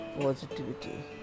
positivity